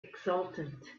exultant